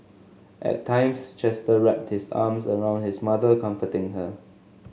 at times Chester wrapped his arms around his mother comforting her